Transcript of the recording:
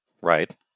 Right